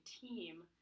team